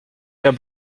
der